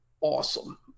awesome